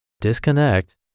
disconnect